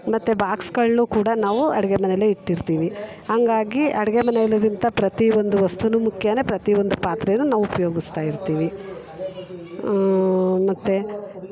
ಮತ್ತೆ ಬಾಕ್ಸ್ಗಳನ್ನು ಕೂಡ ನಾವು ಅಡುಗೆ ಮನೇಲೆ ಇಟ್ಟಿರ್ತೀವಿ ಹಂಗಾಗಿ ಅಡುಗೆ ಮನೆಲ್ಲಿರುಂತ ಪ್ರತಿ ಒಂದು ವಸ್ತುನು ಮುಖ್ಯಾನೆ ಪ್ರತಿ ಒಂದು ಪಾತ್ರೆನು ನಾವು ಉಪ್ಯೋಗಿಸ್ತಾ ಇರ್ತೀವಿ ಮತ್ತೆ